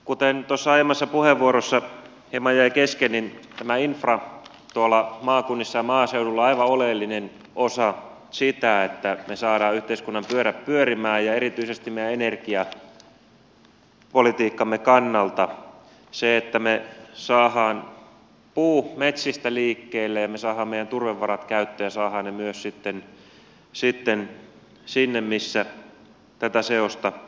kuten aiemmassa puheenvuorossa hieman jäi kesken niin infra maakunnissa ja maaseudulla on aivan oleellinen osa sitä että me saamme yhteiskunnan pyörät pyörimään ja erityisesti meidän energiapolitiikkamme kannalta että me saamme puun metsistä liikkeelle ja me saamme meidän turvevarat käyttöön ja saadaan ne myös sinne missä tätä seosta poltetaan